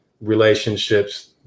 relationships